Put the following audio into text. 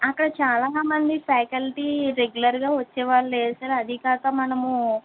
అక్కడ చాలా మంది ఫాకల్టీ రెగ్యులర్గా వచ్చేవాళ్ళు లేరు సార్ అదీ కాక మనము